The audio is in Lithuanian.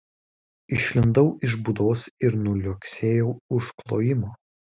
išlindau iš būdos ir nuliuoksėjau už klojimo